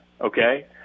Okay